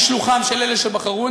אני שלוּחם של אלה שבחרוני,